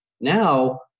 Now